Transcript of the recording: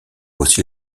aussi